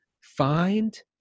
find